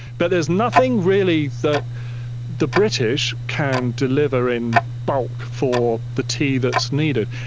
but there's nothing really that the british can deliver in bulk for the tea that is needed.